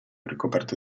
ricoperto